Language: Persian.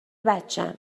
بچم